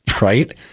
right